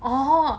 oh